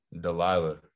Delilah